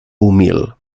humil